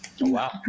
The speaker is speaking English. Wow